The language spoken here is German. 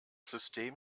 system